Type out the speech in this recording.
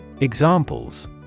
Examples